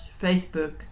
Facebook